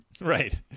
Right